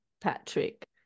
Patrick